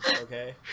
okay